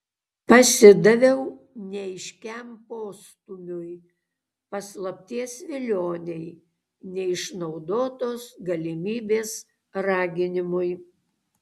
pasidaviau neaiškiam postūmiui paslapties vilionei neišnaudotos galimybės raginimui